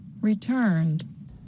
returned